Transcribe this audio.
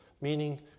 Meaning